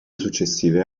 successive